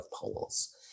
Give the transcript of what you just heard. polls